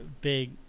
big